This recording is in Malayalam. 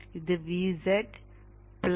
ഇത് Vz 0